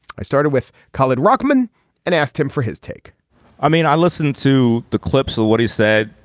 i started with khalid ruckman and asked him for his take i mean i listen to the clips of what he said.